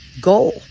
goal